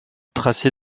tracé